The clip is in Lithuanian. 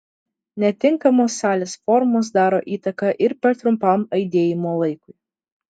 netinkamos salės formos daro įtaką ir per trumpam aidėjimo laikui